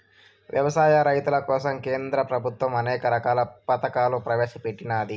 వ్యవసాయ రైతుల కోసం కేంద్ర ప్రభుత్వం అనేక రకాల పథకాలను ప్రవేశపెట్టినాది